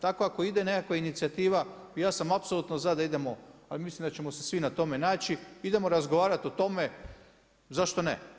Tako ako ide nekakva inicijativa, ja sam apsolutno za da idemo, mislim da ćemo se svi na tome naći, idemo razgovarati o tome, zašto ne.